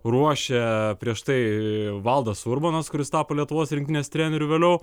ruošė prieš tai valdas urbonas kuris tapo lietuvos rinktinės treneriu vėliau